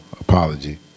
Apology